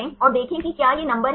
यह व्यापक क्यों है